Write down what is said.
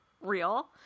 real